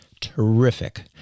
Terrific